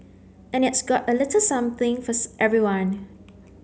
and it's got a little something for everyone